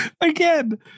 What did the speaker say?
Again